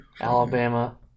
Alabama